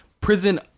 prison